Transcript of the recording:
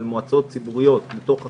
של מועצות ציבוריות מתוך החקיקה,